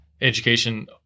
education